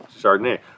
Chardonnay